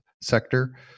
sector